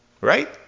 Right